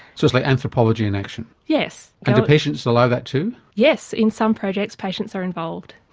so it's like anthropology in action. yes. and do patients allow that too? yes, in some projects patients are involved.